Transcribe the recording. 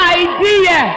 idea